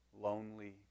lonely